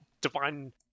divine